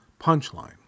Punchline